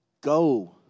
go